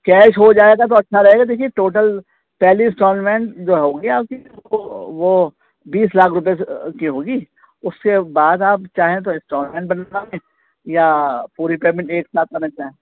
cash ہو جائے گا تو اچھا رہے گا دیکھیے ٹوٹل پہلی انسٹالمنٹ جو ہوگی آپ کی وہ بیس لاکھ روپے سے کی ہوگی اس کے بعد آپ چاہیں تو انسٹالمنٹ بنوا لیں یا پوری پیمنٹ ایک ساتھ کرنا چاہیں